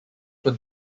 were